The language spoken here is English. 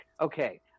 okay